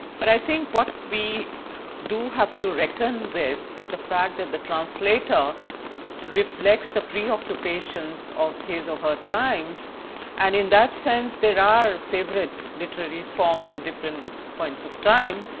but i think what we do have to reckon with is the fact that the translator reflects the preoccupations of his or her times and in that sense, there are favorite literary forms in different points of time.